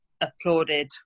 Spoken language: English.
applauded